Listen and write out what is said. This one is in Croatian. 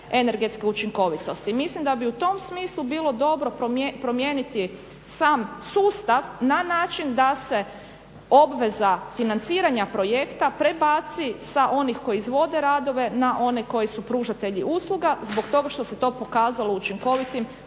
energetske učinkovitosti. Mislim da bi u tom smislu bilo dobro promijeniti sam sustav na način da se obveza financiranja projekta prebaci sa onih koji izvode radove na one koji su pružatelji usluga zbog toga što se to pokazalo učinkovitim